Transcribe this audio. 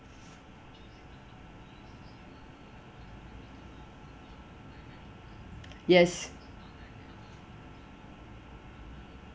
yes